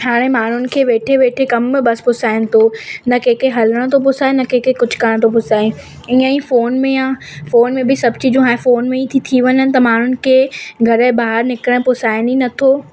हाणे माण्हुनि खे वेठे वेठे कमु बस पुसाइनि थो न कंहिंखे हलिणो थो पुसाइनि न कंहिंखे कुछ करण तो पुसाई ईअं ई फ़ोन में आ फ़ोन में बि सब चीजू हाणे फोन में ई थी थी वञनि त माण्हुनि खे घर जे ॿाहिरि निकिरणु पुसाइनि ई नथो